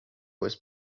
was